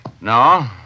No